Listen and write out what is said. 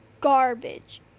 garbage